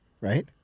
right